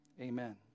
Amen